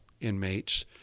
inmates